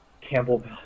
Campbell